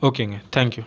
ஓகேங்க thank you